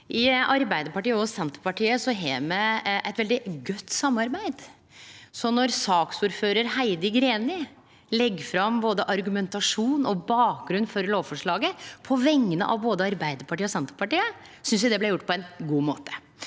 I Arbeidarpartiet og Senterpartiet har me eit veldig godt samarbeid, så då saksordførar Heidi Greni la fram argumentasjon og bakgrunn for lovforslaget på vegner av både Arbeidarpartiet og Senterpartiet, synest eg det blei gjort på ein god måte.